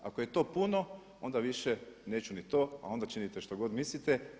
Ako je to puno, onda više neću ni to, a onda činite što god mislite.